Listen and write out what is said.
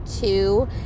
two